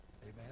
Amen